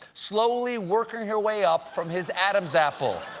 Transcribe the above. slowly working her way up from his adam's apple.